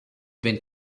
been